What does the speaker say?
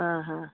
হ্যাঁ হ্যাঁ